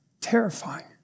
terrifying